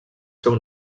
seu